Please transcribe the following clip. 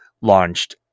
launched